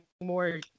more